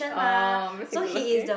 oh because he good looking